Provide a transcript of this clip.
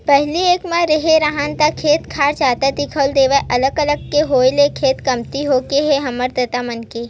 पहिली एक म रेहे राहन ता खेत खार जादा दिखउल देवय अलग अलग के होय ले खेत कमती होगे हे हमर ददा मन के